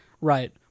right